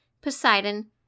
Poseidon